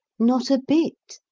not a bit.